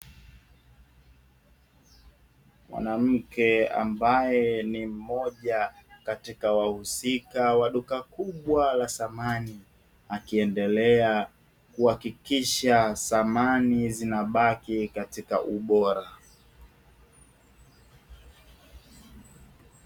Katika jengo hili kuna duka ambalo linajishughulisha na uuzaji wa maziwa, pamoja na bidhaa nyingine zitokanazo na maziwa kama vile mtindi.